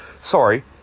Sorry